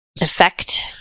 Effect